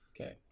Okay